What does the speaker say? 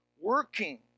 working